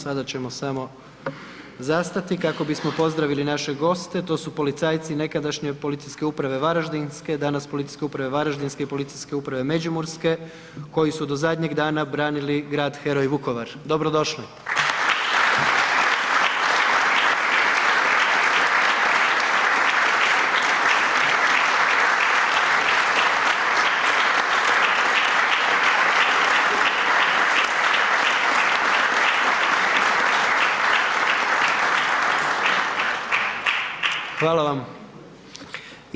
Sada ćemo samo zastati kako bismo pozdravili naše goste, to su policajci nekadašnje Policijske uprave Varaždinske danas Policijske uprave Varaždinske i Policijske uprave Međimurske koji su do zadnjeg dana branili Grad heroj Vukovar, dobrodošli. Hvala vam.